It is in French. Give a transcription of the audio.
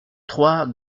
trois